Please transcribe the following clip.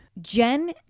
Jen